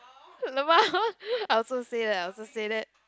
lmao I also say that I also say that